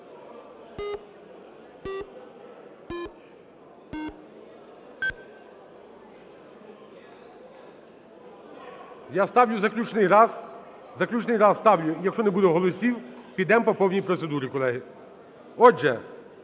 Я ставлю заключний раз. Заключний раз ставлю. Якщо не буде голосів, підемо по повній процедурі, колеги. Отже,